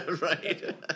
Right